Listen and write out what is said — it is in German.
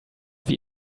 wie